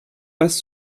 passe